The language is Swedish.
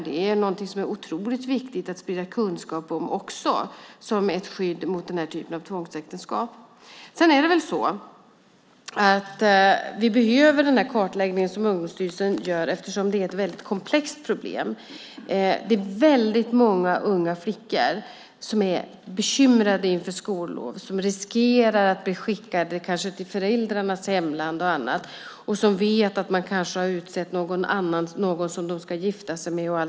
Det är otroligt viktigt att sprida kunskap om det som ett skydd mot den här typen av tvångsäktenskap. Vi behöver kartläggningen som Ungdomsstyrelsen gör eftersom det här är ett väldigt komplext problem. Det är väldigt många unga flickor som är bekymrade inför skollov, då de kanske riskerar att bli skickade till föräldrarnas hemland där någon är utsedd att gifta sig med.